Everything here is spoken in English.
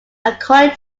according